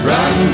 Run